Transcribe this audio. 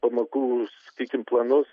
pamokų sakykim planus